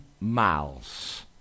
miles